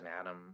adam